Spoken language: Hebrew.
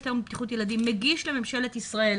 בטרם לבטיחות ילדים מגיש לממשלת ישראל,